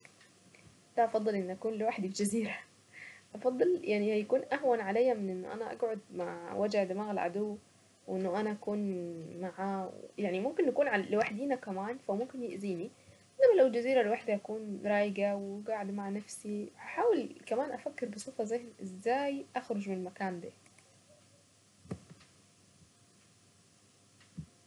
افضل اني اكون لوحدي الجزيرة افضل يعني هيكون اهون علي من ان انا اقعد مع وجع دماغ العدو وانه انا اكون معاه يعني ممكن نكون لوحدينا كمان فممكن يأذيني انما لو الجزيرة لوحدي اكون رايقة وقاعدة مع نفسي احاول كمان افكر بصفاء ازاي اخرج.